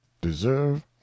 deserve